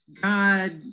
god